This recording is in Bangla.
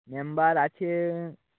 মেম্বার আছে